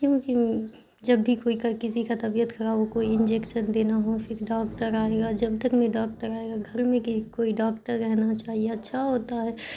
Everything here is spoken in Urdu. کیونکہ جب بھی کوئی کا کسی کا طبیعت خراب ہو کوئی انجیکشن دینا ہو پھر ڈاکٹر آئے گا جب تک نہیں ڈاکٹر آئے گا گھر میں کی کوئی ڈاکٹر رہنا چاہیے اچھا ہوتا ہے